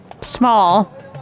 small